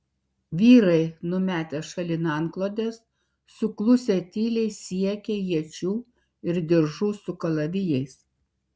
vyrai numetę šalin antklodes suklusę tyliai siekė iečių ir diržų su kalavijais